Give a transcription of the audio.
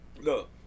Look